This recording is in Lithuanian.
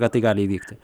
kad tai gali įvykti